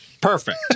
Perfect